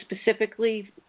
specifically